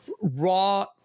Raw